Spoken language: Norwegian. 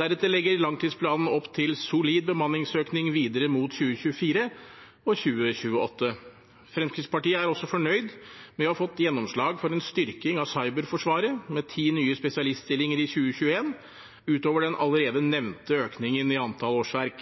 Deretter legger langtidsplanen opp til solid bemanningsøkning videre mot 2024 og 2028. Fremskrittspartiet er også fornøyd med å ha fått gjennomslag for en styrking av Cyberforsvaret med ti nye spesialiststillinger i 2021, ut over den allerede nevnte økningen i antall årsverk,